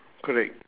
correct